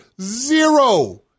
Zero